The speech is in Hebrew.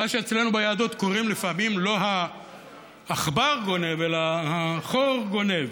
מה שאצלנו ביהדות קוראים לפעמים: לא העכבר גונב אלא החור גונב,